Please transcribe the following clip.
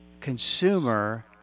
consumer